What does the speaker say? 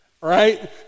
right